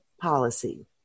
policy